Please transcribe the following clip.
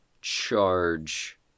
charge